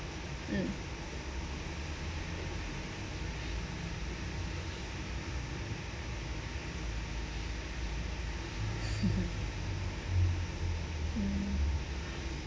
mm mm